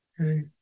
okay